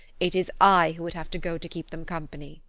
it is i who would have to go to keep them company.